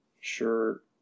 sure